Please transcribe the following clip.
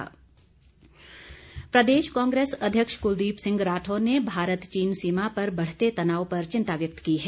कुलदीप प्रदेश कांग्रेस अध्यक्ष कुलदीप सिंह राठौर ने भारत चीन सीमा पर बढ़ते तनाव पर चिंता व्यक्त की है